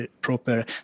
proper